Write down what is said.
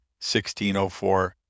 1604